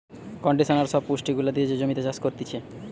conditioner সব পুষ্টি গুলা দিয়ে যে জমিতে চাষ করতিছে